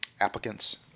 applicants